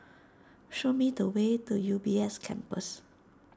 show me the way to U B S Campus